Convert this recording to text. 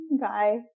Bye